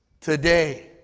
today